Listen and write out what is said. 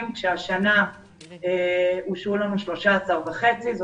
כאשר השנה אושרו לנו 13.5 מיליון שקלים.